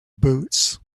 boots